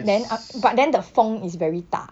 then af~ but then the 风 is very 大